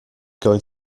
going